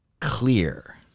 clear